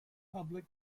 public